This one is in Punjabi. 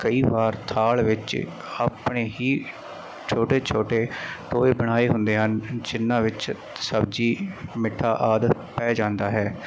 ਕਈ ਵਾਰ ਥਾਲ ਵਿੱਚ ਆਪਣੇ ਹੀ ਛੋਟੇ ਛੋਟੇ ਟੋਏ ਬਣਾਏ ਹੁੰਦੇ ਹਨ ਜਿਹਨਾਂ ਵਿੱਚ ਸਬਜ਼ੀ ਮਿੱਠਾ ਆਦਿ ਪੈ ਜਾਂਦਾ ਹੈ